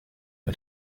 mit